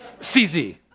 CZ